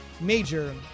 major